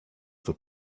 für